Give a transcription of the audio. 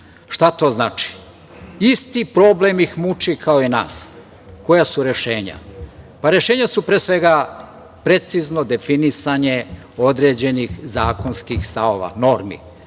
to znači? Isti problem ih muči kao i nas. Koja su rešenja? Rešenja su, pre svega, precizno definisanje određenih zakonskih stavova, normi